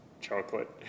chocolate